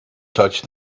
touched